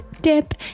dip